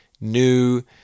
new